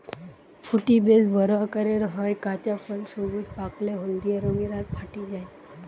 ফুটি বেশ বড় আকারের হয়, কাঁচা ফল সবুজ, পাকলে হলদিয়া রঙের হয় আর ফাটি যায়